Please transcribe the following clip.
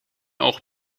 oog